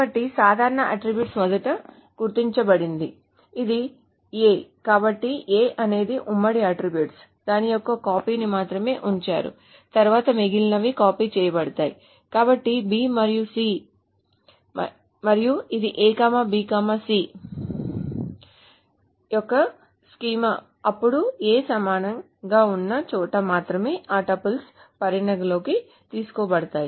కాబట్టి సాధారణ అట్ట్రిబ్యూట్ మొదట గుర్తించబడింది ఇది A కాబట్టి A అనేది ఉమ్మడి అట్ట్రిబ్యూట్ దాని యొక్క ఒక కాపీని మాత్రమే ఉంచారు తరువాత మిగిలినవి కాపీ చేయబడతాయి కాబట్టి B మరియు C మరియు ఇది A B C యొకస్ స్కీమా అప్పుడు A సమానంగా ఉన్న చోట మాత్రమే ఆ టుపుల్స్ పరిగణనలోకి తీసుకోబడతాయి